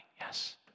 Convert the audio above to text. Yes